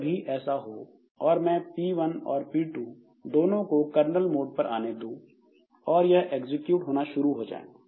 जब कभी ऐसा हो और मैं P1और P2 दोनों को कर्नल मोड पर आने दूँ और यह एग्जीक्यूट होना शुरू हो जाएं